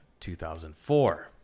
2004